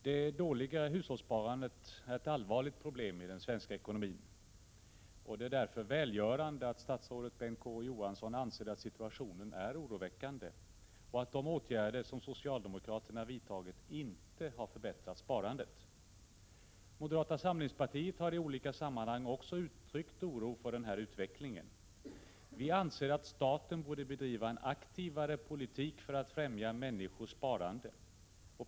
Herr talman! Det dåliga hushållssparandet är ett allvarligt problem i den svenska ekonomin. Det känns därför välgörande att statsrådet Bengt K Å Johansson anser att situationen är oroväckande och att de åtgärder som socialdemokraterna vidtagit inte har förbättrat sparandet. Moderata samlingspartiet har i olika sammanhang också uttryckt oro för denna utveckling. Vi anser att staten borde bedriva en aktivare politik för att främja människors sparande.